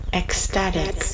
ecstatic